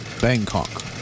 Bangkok